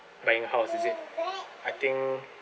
buying a house is it I think